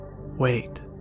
Wait